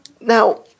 now